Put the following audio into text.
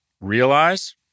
realize